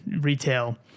retail